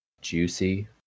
Juicy